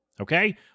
Okay